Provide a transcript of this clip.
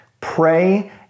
Pray